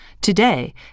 today